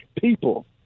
people